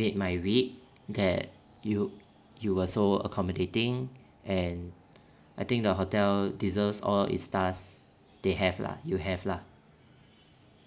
made my week that you you were so accommodating and I think the hotel deserves all its stars they have lah you have lah